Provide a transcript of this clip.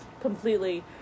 completely